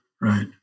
right